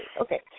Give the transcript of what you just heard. Okay